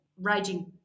raging